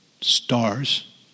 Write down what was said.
stars